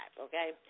okay